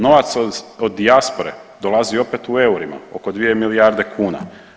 Novac od dijaspore dolazi opet u eurima, oko 2 milijarde kuna.